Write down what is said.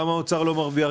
גם האוצר לא מרוויח,